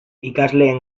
ikasleen